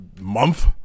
month